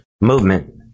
movement